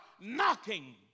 knocking